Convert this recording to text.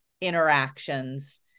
interactions